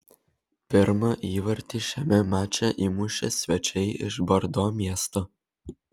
pirmą įvartį šiame mače įmušė svečiai iš bordo miesto